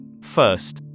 First